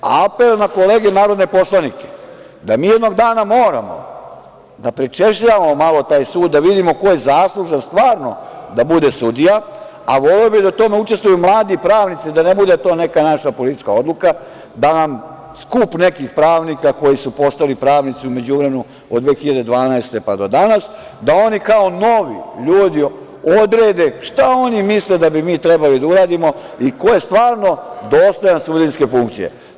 Apel na kolege narodne poslanike da mi jednog dana moramo da prečešljavamo malo taj sud, da vidimo ko je zaslužan stvarno da bude sudija, a voleo bih da u tome učestvuju mladi pravnici, da ne bude to neka naša politička odluka, da nam skup nekih pravnika koji su postali pravnici u međuvremenu od 2012. godine, pa do danas, da oni kao novi ljudi odrede šta oni misle da bi mi trebali da uradimo i ko je stvarno dosledan sudijske funkcije.